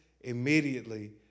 immediately